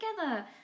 together